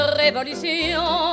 révolution